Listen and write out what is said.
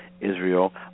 Israel